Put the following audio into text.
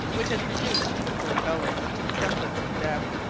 which had reduced the poor fellows to the semblance of death.